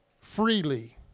Freely